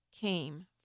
came